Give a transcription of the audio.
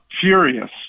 Furious